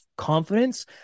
confidence